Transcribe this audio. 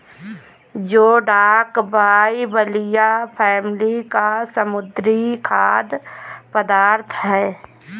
जोडाक बाइबलिया फैमिली का समुद्री खाद्य पदार्थ है